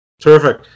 Terrific